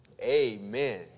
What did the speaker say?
Amen